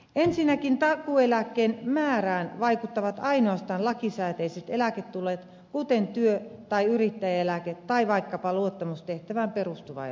ensinnäkin takuueläkkeen määrään vaikuttavat ainoastaan lakisääteiset eläketulot kuten työ tai yrittäjäeläke tai vaikkapa luottamustehtävään perustuva eläke